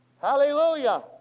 Hallelujah